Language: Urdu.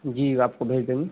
جی آپ کو بھیج دیں گے